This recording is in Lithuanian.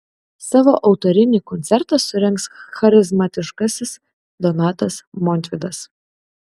savo autorinį koncertą surengs charizmatiškasis donatas montvydas